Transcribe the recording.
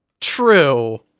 True